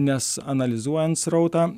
nes analizuojant srautą